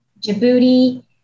Djibouti